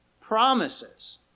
promises